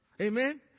Amen